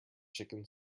chicken